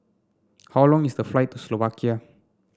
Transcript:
how long is the flight to Slovakia